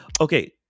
Okay